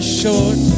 short